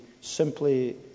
simply